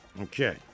Okay